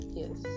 yes